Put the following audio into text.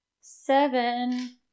Seven